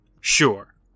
sure